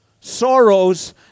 sorrows